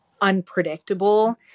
unpredictable